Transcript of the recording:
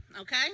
okay